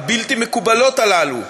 הבלתי-מקובלות האלה,